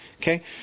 Okay